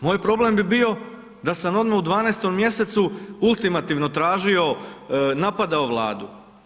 Moj problem bi bio da sam odmah u 12. mj. ultimativno tražio, napadao Vladu.